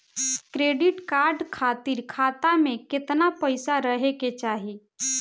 Credit card खातिर खाता में केतना पइसा रहे के चाही?